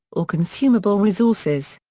or consumable resources.